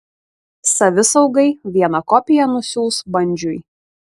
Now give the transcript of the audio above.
savisaugai vieną kopiją nusiųs bandžiui